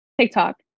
tiktok